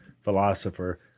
philosopher